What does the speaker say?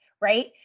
right